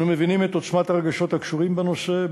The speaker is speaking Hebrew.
אנו מבינים את עוצמת הרגשות הקשורים בנושא,